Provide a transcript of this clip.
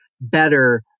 better